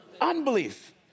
unbelief